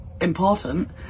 important